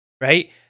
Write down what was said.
right